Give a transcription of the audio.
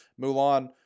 Mulan